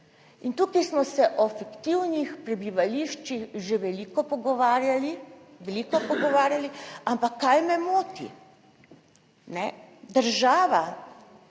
tukaj smo se o fiktivnih prebivališčih že veliko pogovarjali, ampak kaj me moti, država